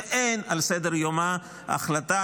ואין על סדר-יומה החלטה,